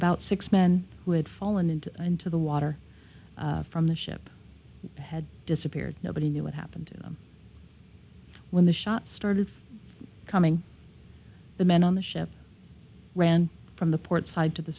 about six men who had fallen and into the water from the ship had disappeared nobody knew what happened to them when the shots started coming the men on the ship ran from the port side to the